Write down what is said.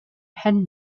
hen